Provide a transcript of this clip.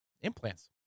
Implants